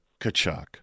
Kachuk